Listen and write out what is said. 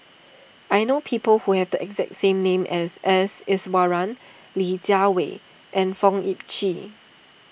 I know people who have the exact name as S Iswaran Li Jiawei and Fong Sip Chee